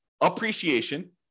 appreciation